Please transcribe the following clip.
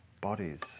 bodies